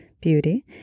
Beauty